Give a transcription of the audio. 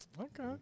Okay